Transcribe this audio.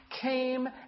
came